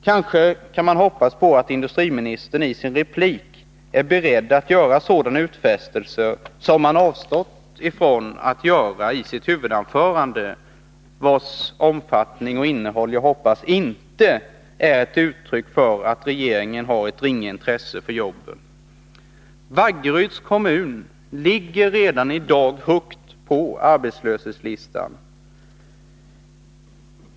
Kanske kan man hoppas på att industriministern i sin replik är beredd att göra sådana utfästelser som han avstått från att göra i sitt huvudanförande, vars omfattning och innehåll jag hoppas inte är ett uttryck för att regeringen har ett ringa intresse för jobben. Vaggeryds kommun ligger redan i dag högt på arbetslöshetslistan.